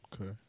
Okay